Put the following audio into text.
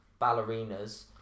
ballerinas